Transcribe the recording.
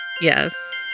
Yes